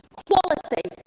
quality,